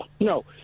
no